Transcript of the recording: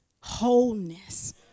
wholeness